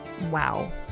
Wow